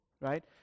Right